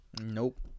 Nope